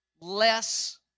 less